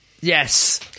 Yes